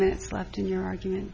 minutes left in your argument